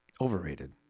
overrated